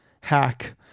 hack